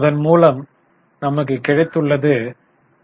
அதன் மூலம் நமக்கு கிடைத்துள்ளது 0